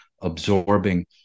absorbing